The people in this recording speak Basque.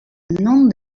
non